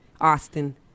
Austin